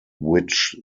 which